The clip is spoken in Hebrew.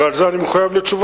ועל זה אני מחויב לתשובה,